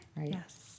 Yes